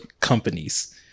companies